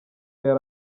yari